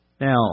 Now